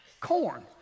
corn